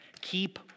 keep